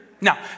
Now